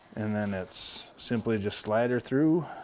and then it's simply just slide her through.